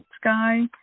sky